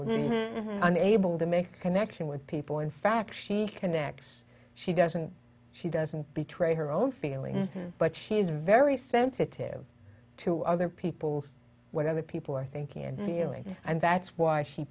with an able to make connection with people in fact she connects she doesn't she doesn't betray her own feelings but she is very sensitive to other people's what other people are thinking and feeling and that's why she